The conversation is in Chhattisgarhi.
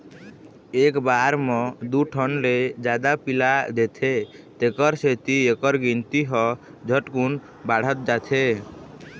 एक बार म दू ठन ले जादा पिला देथे तेखर सेती एखर गिनती ह झटकुन बाढ़त जाथे